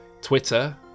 Twitter